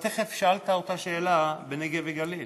שאלת את אותה שאלה על הנגב והגליל.